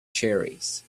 cherries